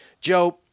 Joe